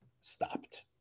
stopped